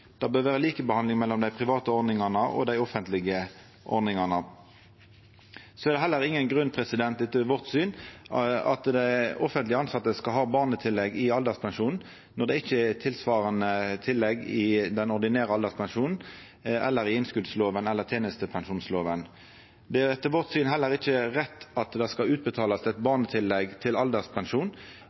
Det bør vera likebehandling mellom dei private ordningane og dei offentlege ordningane. Det er heller ingen grunn til, etter vårt syn, at dei offentleg tilsette skal ha barnetillegg i alderspensjonen når det ikkje er tilsvarande tillegg til den ordinære alderspensjonen i innskotslova eller tenestepensjonslova. Det er etter vårt syn heller ikkje rett at det skal utbetalast eit barnetillegg til alderspensjon